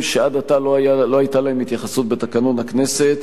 שעד עתה לא היתה להם התייחסות בתקנון הכנסת,